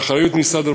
באחריות משרד העבודה,